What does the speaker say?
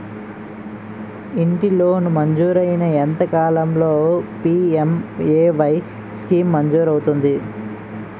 ఇంటి లోన్ మంజూరైన ఎంత కాలంలో పి.ఎం.ఎ.వై స్కీమ్ మంజూరు అవుతుంది?